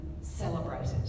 celebrated